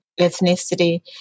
ethnicity